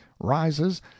rises